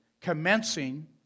commencing